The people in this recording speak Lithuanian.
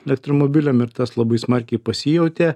elektromobiliam ir tas labai smarkiai pasijautė